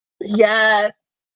Yes